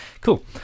Cool